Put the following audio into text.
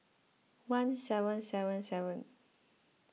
one seven seven seven